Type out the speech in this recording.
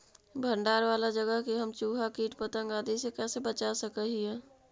भंडार वाला जगह के हम चुहा, किट पतंग, आदि से कैसे बचा सक हिय?